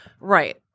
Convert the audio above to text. Right